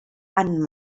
einen